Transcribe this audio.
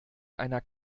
einer